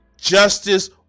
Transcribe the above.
justice